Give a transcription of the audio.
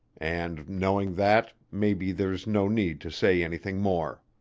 and knowing that, maybe there's no need to say anything more.